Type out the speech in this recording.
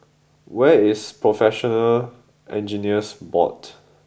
where is Professional Engineers Board